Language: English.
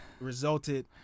resulted